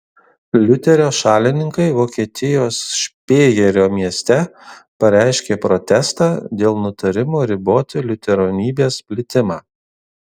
liuterio šalininkai vokietijos špėjerio mieste pareiškė protestą dėl nutarimo riboti liuteronybės plitimą